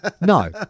No